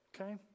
Okay